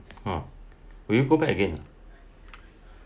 ah will you go back again ah